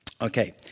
Okay